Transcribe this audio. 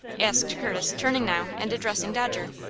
asked curtis, turning now and addressing dodger.